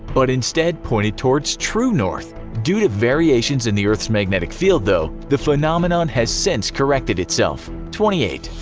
but instead pointed towards true north. due to variations in the earth's magnetic field though the phenomenon has since corrected itself. twenty eight.